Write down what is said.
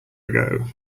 ago